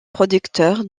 producteur